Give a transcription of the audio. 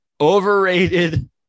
Overrated